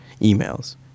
emails